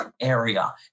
area